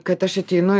kad aš ateinu